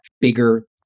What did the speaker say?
Bigger